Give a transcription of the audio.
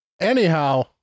Anyhow